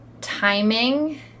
timing